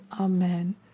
amen